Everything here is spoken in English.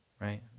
right